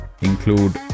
include